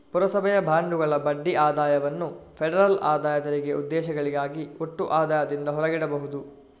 ಪುರಸಭೆಯ ಬಾಂಡುಗಳ ಬಡ್ಡಿ ಆದಾಯವನ್ನು ಫೆಡರಲ್ ಆದಾಯ ತೆರಿಗೆ ಉದ್ದೇಶಗಳಿಗಾಗಿ ಒಟ್ಟು ಆದಾಯದಿಂದ ಹೊರಗಿಡಬಹುದು